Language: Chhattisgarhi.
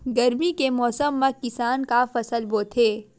गरमी के मौसम मा किसान का फसल बोथे?